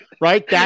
right